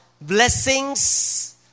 blessings